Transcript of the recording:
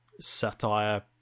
satire